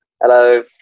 Hello